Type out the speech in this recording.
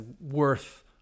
worth